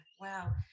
Wow